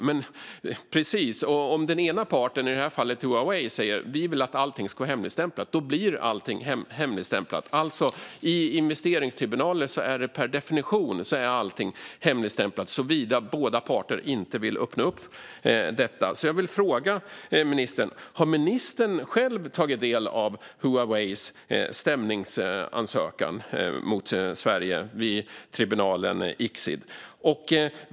Men precis - om den ena parten, i det här fallet Huawei, säger att de vill att allting ska vara hemligstämplat blir allting hemligstämplat. I investeringstribunaler är allting alltså per definition hemligstämplat, såvida inte båda parter vill öppna upp det. Jag vill därför fråga ministern om ministern själv har tagit del av Huaweis stämningsansökan mot Sverige i tribunalen ICSID.